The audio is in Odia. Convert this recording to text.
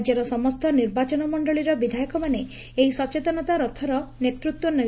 ରାକ୍ୟର ସମସ୍ତ ନିର୍ବାଚନ ମଣ୍ଡଳୀର ବିଧାୟକମାନେ ଏହି ସଚେତନତା ରଥର ନେତୃତ୍ୱ ନେବେ